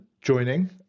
joining